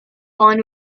fine